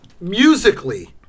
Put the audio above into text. musically